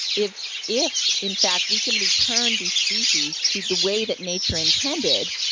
if if in fact we can return these species to the way that nature intended,